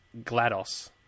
GLaDOS